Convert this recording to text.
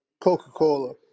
Coca-Cola